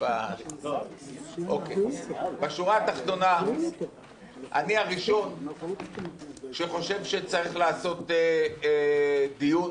בשורה התחתונה, אני הראשון שחושב שצריך לעשות דיון